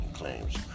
claims